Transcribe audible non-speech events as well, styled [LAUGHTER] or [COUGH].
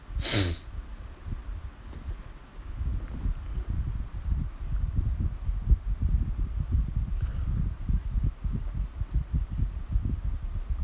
[NOISE]